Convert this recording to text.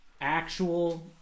actual